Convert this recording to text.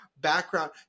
background